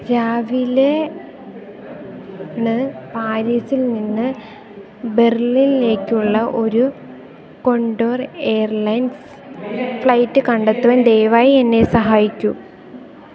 രാവിലെ ണ് പാരീസിൽ നിന്ന് ബെർലിൻലേയ്ക്കുള്ള ഒരു കൊണ്ടൂർ എയർലൈൻസ് ഫ്ലൈറ്റ് കണ്ടെത്തുവാൻ ദയവായി എന്നെ സഹായിക്കു